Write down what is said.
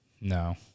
No